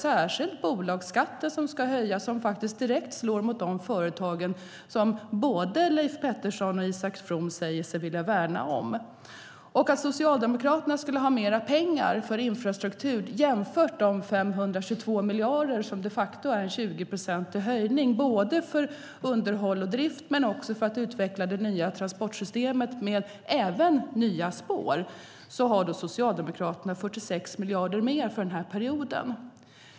Särskilt höjningen av bolagsskatten slår direkt mot de företag som både Leif Pettersson och Isak From säger sig vilja värna om. Socialdemokraterna säger sig ha mer pengar för infrastruktur än de 522 miljarderna, som de facto är en 20-procentig höjning, både för underhåll och drift och för att utveckla det nya transportsystemet, även med nya spår. Ja, Socialdemokraterna har 46 miljarder mer för den här perioden.